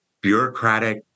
bureaucratic